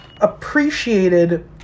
appreciated